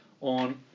on